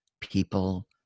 people